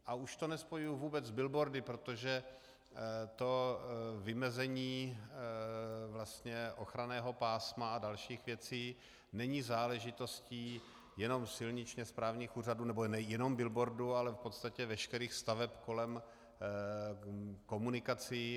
A už to nespojuji vůbec s billboardy, protože to vymezení ochranného pásma a dalších věcí není záležitostí jenom silničně správních úřadů nebo jenom billboardů, ale v podstatě veškerých staveb kolem komunikací.